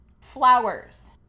Flowers